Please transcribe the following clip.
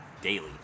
daily